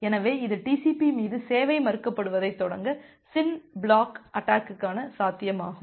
எனவே இது TCP மீது சேவை மறுக்கப்படுவதைத் தொடங்க SYN பிளட் அட்டாக்குக்கான சாத்தியமாகும்